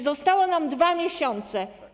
Zostały nam 2 miesiące.